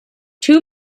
two